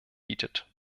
bietet